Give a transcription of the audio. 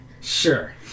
Sure